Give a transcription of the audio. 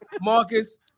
Marcus